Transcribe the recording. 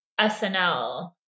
SNL